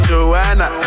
Joanna